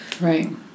right